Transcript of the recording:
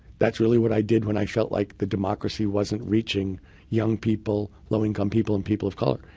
that's really what i did when i felt like the democracy wasn't reaching young people, low income people, and people of color.